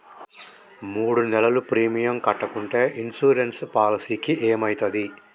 మూడు నెలలు ప్రీమియం కట్టకుంటే ఇన్సూరెన్స్ పాలసీకి ఏమైతది?